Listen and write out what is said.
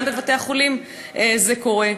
גם בבתי-החולים זה קורה.